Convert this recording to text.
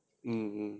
mm mm